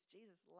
Jesus